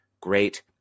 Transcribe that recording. Great